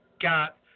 got